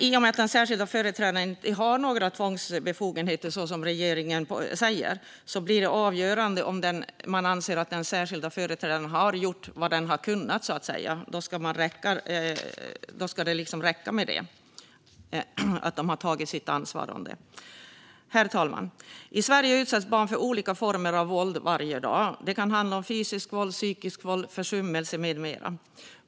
I och med att den särskilda företrädaren, precis som regeringen säger, inte har några tvångsbefogenheter blir det dock avgörande om man anser att den särskilda företrädaren har gjort vad den har kunnat, så att säga. Då ska det liksom räcka med det, att de har tagit sitt ansvar. Herr talman! I Sverige utsätts barn för olika former av våld varje dag. Det kan handla om fysiskt våld, psykiskt våld, försummelse med mera.